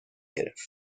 گرفت